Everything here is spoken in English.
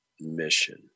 mission